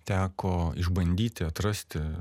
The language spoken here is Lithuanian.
teko išbandyti atrasti